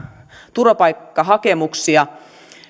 turvapaikkahakemuksia